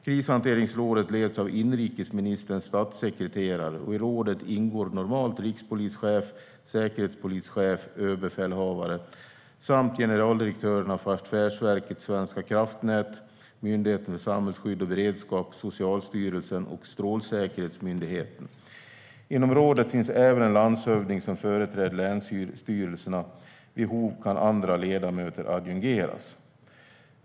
Krishanteringsrådet leds av inrikesministerns statssekreterare, och i rådet ingår normalt rikspolischefen, säkerhetspolischefen, överbefälhavaren samt generaldirektörerna för Affärsverket svenska kraftnät, Myndigheten för samhällsskydd och beredskap, Socialstyrelsen och Strålsäkerhetsmyndigheten. I rådet ingår även en landshövding som företräder länsstyrelserna. Vid behov kan andra ledamöter adjungeras.